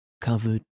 covered